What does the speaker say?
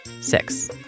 Six